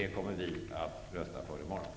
Det kommer vi att rösta för i morgon.